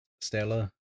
Stella